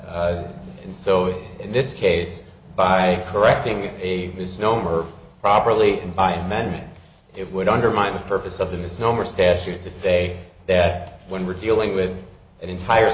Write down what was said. and so in this case by correcting a misnomer properly and by amending it would undermine the purpose of the misnomer statute to say that when we're dealing with an entire